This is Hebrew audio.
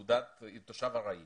אשרת תושב ארעי